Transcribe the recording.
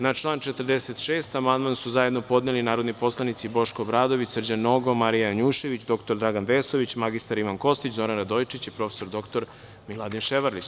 Na član 46. amandman su zajedno podneli narodni poslanici Boško Obradović, Srđan Nogo, Marija Janjušević, dr Dragan Vesović, mr Ivan Kostić, Zoran Radojičić i prof. dr Miladin Ševarlić.